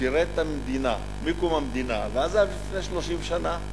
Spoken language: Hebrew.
שירת את המדינה מקום המדינה ועזב לפני 30 שנה,